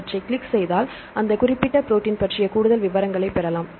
அவற்றை கிளிக் செய்தால் அந்த குறிப்பிட்ட ப்ரோடீன்ப் பற்றிய கூடுதல் விவரங்களைப் பெறலாம்